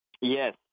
Yes